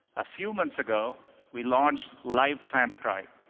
a few months ago we launched live transcribe,